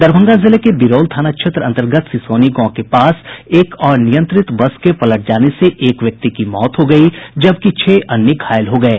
दरभंगा जिले के बिरौल थाना क्षेत्र अंतर्गत सिसौनी गांव के पास एक अनियंत्रित बस के पलट जाने से एक व्यक्ति की मौत हो गयी जबकि छह अन्य घायल हो गये